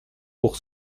pour